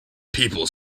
people